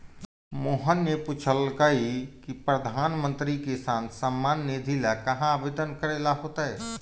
मोहन ने पूछल कई की प्रधानमंत्री किसान सम्मान निधि ला कहाँ आवेदन करे ला होतय?